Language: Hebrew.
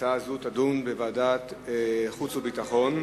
שההצעה הזאת תדון בוועדת חוץ וביטחון.